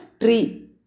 tree